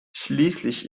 schließlich